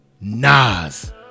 Nas